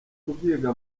kubyiga